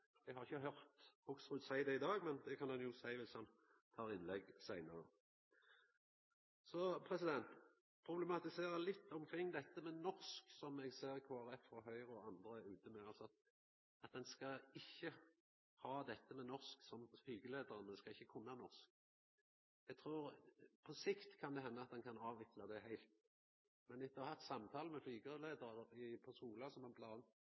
eg har ikkje høyrt Hoksrud seia det i dag. Det kan han jo seia dersom han held innlegg seinare. Så vil eg problematisera litt omkring dette med norsk, som eg ser at Kristeleg Folkeparti, Høgre og andre er ute med, altså at flygeleiarane ikkje skal måtta kunna norsk. På sikt kan det henda at ein kan avvikla det heilt, men etter å ha hatt samtalar med flygeleiarar på Sola, som